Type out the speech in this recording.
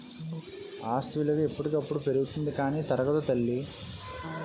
ఆస్తి విలువ ఎప్పటికప్పుడు పెరుగుతుంది కానీ తరగదు తల్లీ